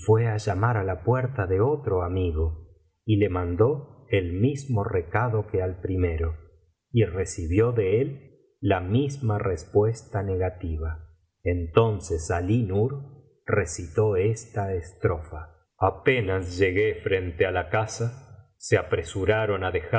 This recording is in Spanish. á llamar á la puerta de otro amigo y le mandó el mismo recado que al primero y recibió de él la misma respuesta negativa entonces alí nur recitó esta estrofa apenas llegué frente á la casa se apresuraron á